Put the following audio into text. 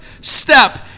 step